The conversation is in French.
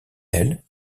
elle